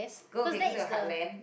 go okay go to your heartland